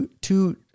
two